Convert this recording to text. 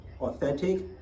authentic